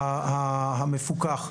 המפוקח.